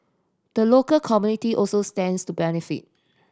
the local community also stands to benefit